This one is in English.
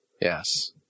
Yes